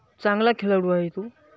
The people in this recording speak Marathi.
चांगला खेळाडू आहे तो